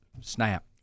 snap